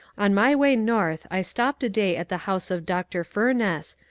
on my way north i stopped a day at the house of dr. fur ness,